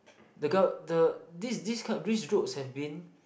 the gove~ the this this kind this groups have been